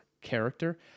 character